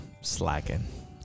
slacking